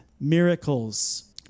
Miracles